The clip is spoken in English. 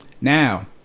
now